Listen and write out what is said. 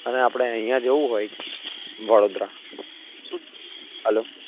અને આપણે અહીંયા જવું હોય વડોદરા શું હાલો